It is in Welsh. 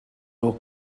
nhw